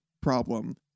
problem